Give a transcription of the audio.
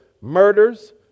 murders